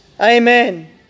Amen